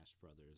Brothers